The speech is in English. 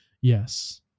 Yes